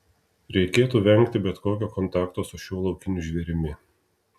reikėtų vengti bet kokio kontakto su šiuo laukiniu žvėrimi